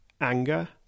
anger